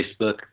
Facebook